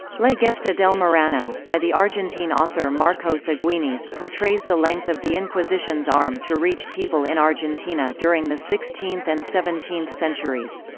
la gesta del marrano, by the argentine author marcos aguinis, portrays the length of the inquisition's arm to reach people in argentina during the sixteenth and seventeenth centuries.